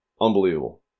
unbelievable